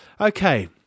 Okay